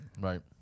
Right